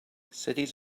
cities